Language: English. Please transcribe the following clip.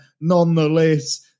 nonetheless